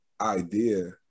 idea